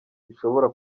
bishobora